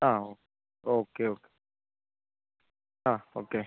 ആ okay okay ആ okay